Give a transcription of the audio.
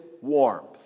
warmth